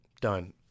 Done